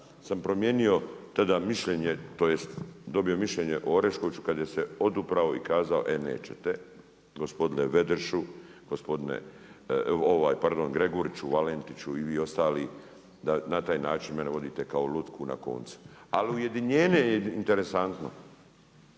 sam promijenio tada mišljenje, tj. dobio mišljenje o Oreškoviću, kada se odupirao i kazao e nećete gospodine Greguriću, Valentiću i vi ostali, da na taj način vi mene vodite kao lutku na koncu. Ali ujedinjenje je interesantno.